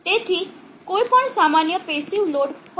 તેથી કોઈપણ સામાન્ય પેસિવ લોડ હોય શકે છે